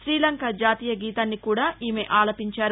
శ్రీలంక జాతీయ గీతాన్ని కూడా ఈమె ఆలపించారు